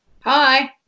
Hi